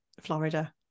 Florida